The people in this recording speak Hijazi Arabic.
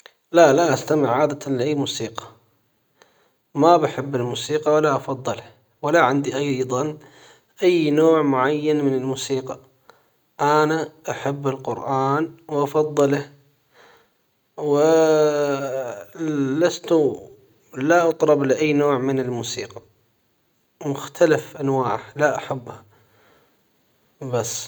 لا لا أستمع عادةً لأاي موسيقى ما بحب الموسيقى ولا افضلها. ولا عندي ايضا اي نوع معين من الموسيقى انا احب القرآن وافضله و لست لا اطرب لأي نوع من الموسيقى لا أحبها بمختلف أنواعها بس.